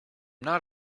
not